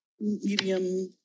medium